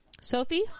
Sophie